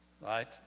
right